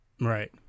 Right